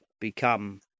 become